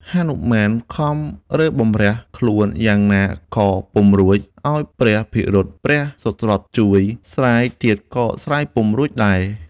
ហនុមានខំរើបម្រះខ្លួនឯងយ៉ាងណាក៏ពុំរួចឱ្យព្រះភិរុត ព្រះសុត្រុតជួយស្រាយទៀតក៏ស្រាយពុំរួចដែរ។